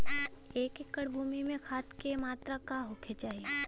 एक एकड़ भूमि में खाद के का मात्रा का होखे के चाही?